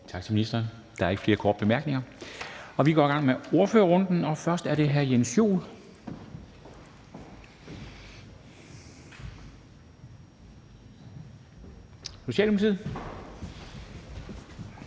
Tak til ministeren. Der er ikke flere korte bemærkninger. Vi går i gang med ordførerrunden, og først er det hr. Jens Joel, Socialdemokratiet.